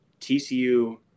TCU